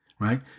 Right